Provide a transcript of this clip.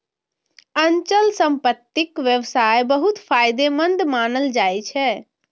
अचल संपत्तिक व्यवसाय बहुत फायदेमंद मानल जाइ छै